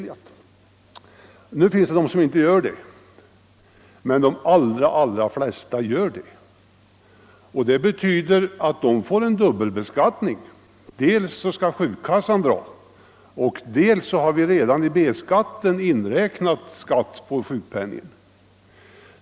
Nu finns det visserligen de som inte gör det, men de allra flesta människor gör det. Herr Sjöholms förslag skulle betyda att de får en dubbelbeskattning: dels skall sjukförsäkringen dra skatt, dels är i B-skatten redan inräknad skatt på sjukpenningen.